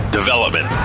development